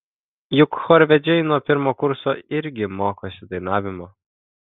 juk chorvedžiai nuo pirmo kurso irgi mokosi dainavimo